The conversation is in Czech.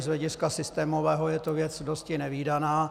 I z hlediska systémového je to věc dosti nevídaná.